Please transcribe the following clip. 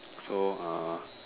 so uh